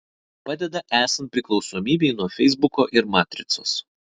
padeda esant priklausomybei nuo feisbuko ir matricos